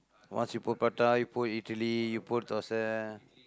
once you put prata you put idli you put dosa